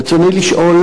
רצוני לשאול: